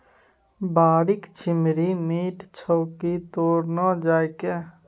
बाड़ीक छिम्मड़ि मीठ छौ की तोड़ न जायके